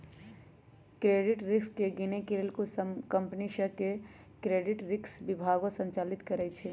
credit risk के गिनए के लेल कुछ कंपनि सऽ क्रेडिट रिस्क विभागो संचालित करइ छै